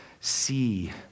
see